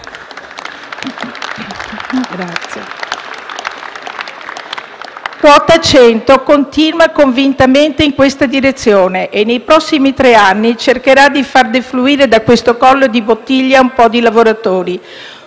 Quota 100 continua convintamente in questa direzione e nei prossimi tre anni cercherà di far defluire dal collo di bottiglia un po' di lavoratori,